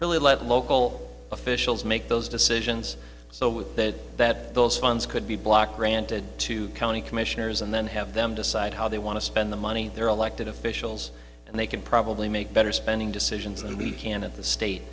really let local officials make those decisions so with that that those funds could be blocked granted to county commissioners and then have them decide how they want to spend the money their elected officials and they can probably make better spending decisions and we can at the state